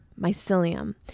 mycelium